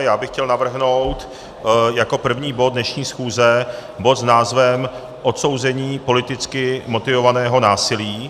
Já bych chtěl navrhnout jako první bod dnešní schůze bod s názvem Odsouzení politicky motivovaného násilí.